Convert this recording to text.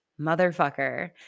motherfucker